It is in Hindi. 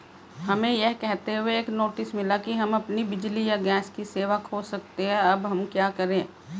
हमें यह कहते हुए एक नोटिस मिला कि हम अपनी बिजली या गैस सेवा खो सकते हैं अब हम क्या करें?